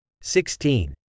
Sixteen